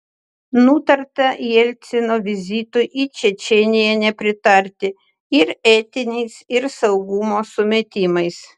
nutarta jelcino vizitui į čečėniją nepritarti ir etiniais ir saugumo sumetimais